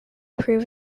prove